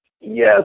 Yes